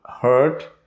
hurt